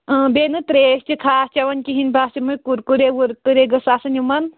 اۭں بیٚیہِ نہٕ ترٛیش تہِ خاص چیٚوان کِہنۍ بَس یِمے کُرکُرےٛ وُرکُرےٛ گَژھِ آسٕنۍ یِمن